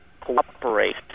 cooperate